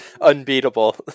unbeatable